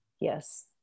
Yes